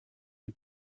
mit